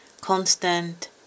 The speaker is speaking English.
constant